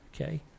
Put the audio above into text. Okay